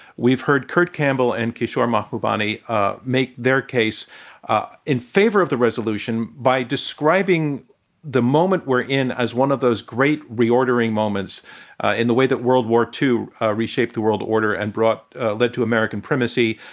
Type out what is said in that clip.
we've heard kurt campbell and kishore mahbubani ah make their case ah in favor of the resolution by describing the moment we're in as one of those great reordering moments in the way that world war ii ah reshaped the world order and brought led to american primacy.